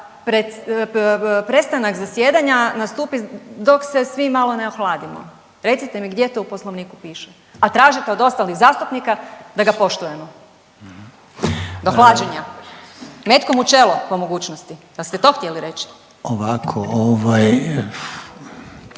prestanak zasjedanja nastupi dok se svi malo ne ohladimo, recite mi gdje to u poslovniku piše, a tražite od ostalih zastupnika da ga poštujemo. Do hlađenja, metkom u čelo po mogućnosti, jeste to htjeli reći? **Reiner,